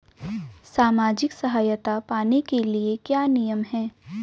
सामाजिक सहायता पाने के लिए क्या नियम हैं?